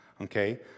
okay